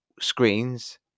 screens